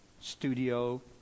studio